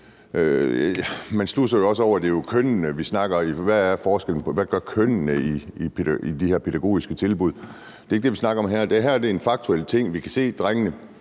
Man studser jo også over, at det er kønnene, vi snakker om, for hvad gør kønnene i de her pædagogiske tilbud? Det er ikke det, vi snakker om her. Men det her er en faktuel ting. Vi kan se, at drengene